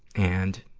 and,